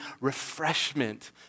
refreshment